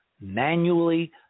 manually